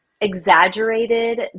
exaggerated